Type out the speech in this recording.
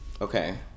Okay